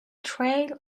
trail